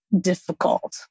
difficult